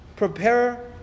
Prepare